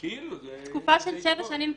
תקופה של שבע שנים,